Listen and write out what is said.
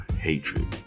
hatred